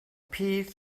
peace